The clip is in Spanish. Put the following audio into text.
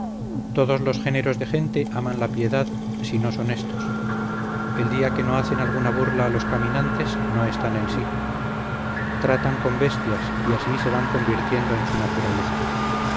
todos los géneros de gente aman la piedad si no son estos el día que no hacen alguna burla a los caminantes no están en sí tratan con bestias y así se van convirtiendo en su naturaleza